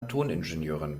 toningenieurin